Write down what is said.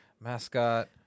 Mascot